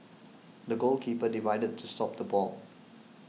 the goalkeeper dived to stop the ball